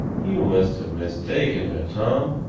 you must have mistaken her, tom.